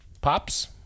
pops